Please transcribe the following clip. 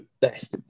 best